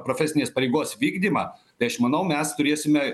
profesinės pareigos vykdymą tai aš manau mes turėsime